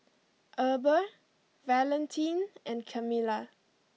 Eber Valentin and Camilla